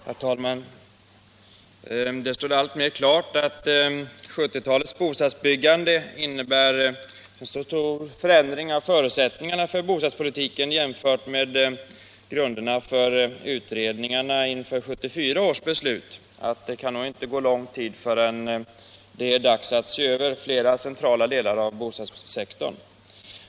Herr talman! Det står alltmer klart att 1970-talets bostadsbyggande innebär en så stor förändring av förutsättningarna för bostadspolitiken jämfört med grunderna för utredningarna inför 1974 års beslut att det inte kommer att gå lång tid förrän det är dags att se över flera centrala delar av bostadssektorn.